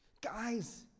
guys